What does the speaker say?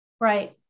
right